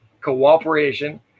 cooperation